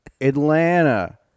Atlanta